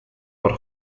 por